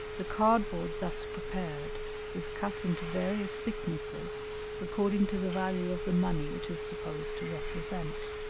the card-board thus prepared is cut into various thicknesses according to the value of the money it is supposed to represent.